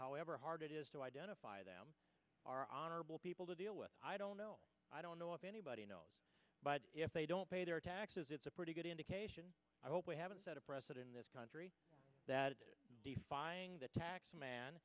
however hard it is to identify them are honorable people to deal with i don't know i don't know of anybody if they don't pay their taxes it's a pretty good indication i hope we haven't set a precedent in this country that is defying the tax man